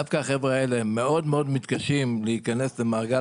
דווקא החבר'ה האלה מאוד מאוד מתקשים להיכנס למעגל